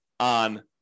on